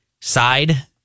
side